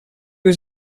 was